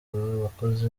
abakoze